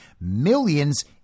millions